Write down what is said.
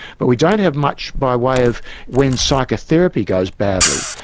but we don't have much by way of when psychotherapy goes badly.